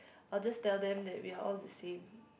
I'll just tell them that we're all the same